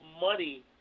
money